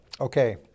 Okay